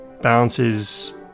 Bounces